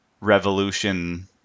revolution